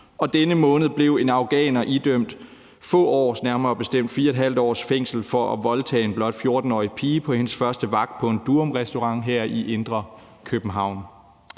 denne måned blev en afghaner idømt få års – nærmere bestemt 4½ års – fængsel for at voldtage en blot 14-årig pige på hendes første vagt på en durumrestaurant her i indre København.